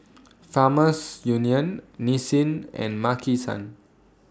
Farmers Union Nissin and Maki San